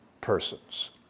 persons